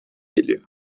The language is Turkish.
geliyor